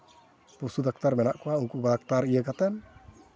ᱯᱚᱥᱩ ᱰᱟᱠᱛᱟᱨ ᱢᱮᱱᱟᱜ ᱠᱚᱣᱟ ᱩᱱᱠᱩ ᱰᱟᱠᱛᱟᱨ ᱤᱭᱟᱹ ᱠᱟᱛᱮᱫ